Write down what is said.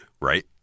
Right